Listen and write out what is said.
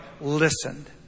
listened